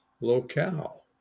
locale